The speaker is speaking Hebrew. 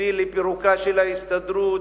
הביא לפירוקה של ההסתדרות,